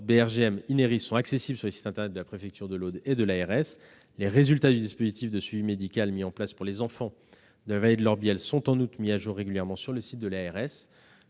de l'Ineris sont accessibles sur les sites internet de la préfecture de l'Aude et de l'ARS. Les résultats du dispositif de suivi médical mis en place pour les enfants de la vallée de l'Orbiel sont en outre mis à jour régulièrement sur le site de l'ARS-